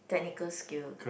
technical skill